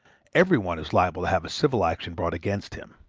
every one is liable to have a civil action brought against him.